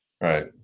Right